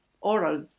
oral